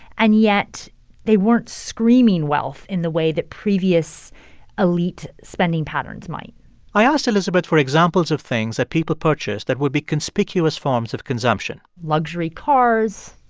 and yet they weren't screaming wealth in the way that previous elite spending patterns might i asked elizabeth for examples of things that people purchase that would be conspicuous forms of consumption. luxury cars,